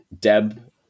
Deb